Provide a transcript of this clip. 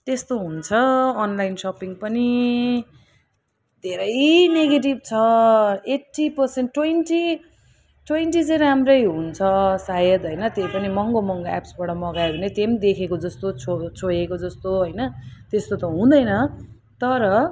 त्यस्तो हुन्छ online shopping पनि धेरै नेगेटिभ छ एटी पर्सेन्ट ट्वेन्टी ट्वेन्टी चाहिँ राम्रै हुन्छ सायद होइन त्यो महँगो महँगो एप्सबाट मगायो भने त्यो पनि देखेको जस्तो छोएर छोएको जस्तो होइन त्यस्तो त हुँदैन तर